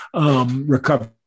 recovery